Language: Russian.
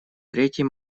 третий